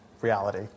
reality